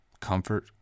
comfort